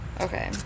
Okay